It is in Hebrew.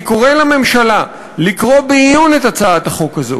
אני קורא לממשלה לקרוא בעיון את הצעת החוק הזאת